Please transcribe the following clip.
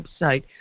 website